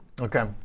Okay